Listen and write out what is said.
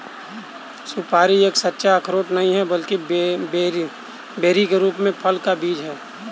सुपारी एक सच्चा अखरोट नहीं है, बल्कि बेरी के रूप में फल का बीज है